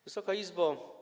Wysoka Izbo!